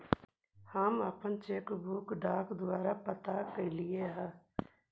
हम अपन cheque book डाक द्वारा प्राप्त कईली हे